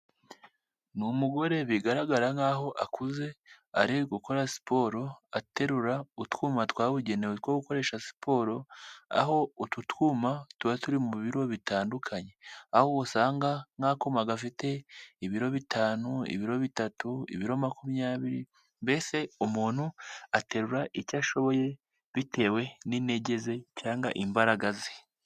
Ni umugore bigaragara nkaho akuze, ari gukora siporo, aterura utwuma twabugenewe, twogukoresha siporo, aho utu twuma tuba turi mu biro bitandukanye, aho usanga nk'akuma gafite ibiro bitanu, ibirobitatu, ibiro makumyabiri, mbese umuntu aterura icyo ashoboye, bitewe n'intege ze cyangwa imbaraga ze.